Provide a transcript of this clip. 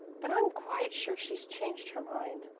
but i'm quite sure she's changed her mind.